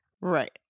Right